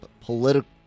political